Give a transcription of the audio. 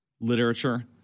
literature